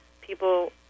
people